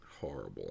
Horrible